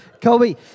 Kobe